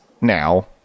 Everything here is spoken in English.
now